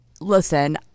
Listen